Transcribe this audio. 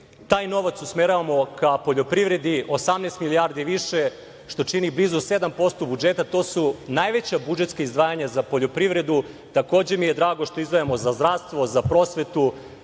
taj novac usmeravamo ka poljoprivredi, 18 milijardi više, što čini blizu 7%, budžeta, to su najveća budžetska izdvajanja za poljoprivredu. Takođe mi je drago što izdvajamo za zdravstvo, za prosvetu.